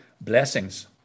blessings